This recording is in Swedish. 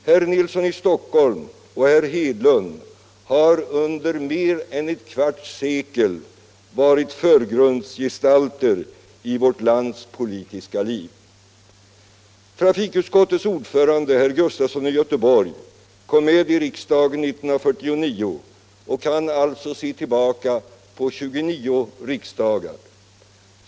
Herr Nilsson i Stockholm och herr Hedlund har under mer än ett kvarts sekel varit förgrundsgestalter i vårt lands politiska liv. Trafikutskottets ordförande herr Sven Gustafson i Göteborg kom med i riksdagen 1949 och kan alltså se tillbaka på 29 riksdagar.